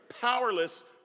powerless